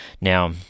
Now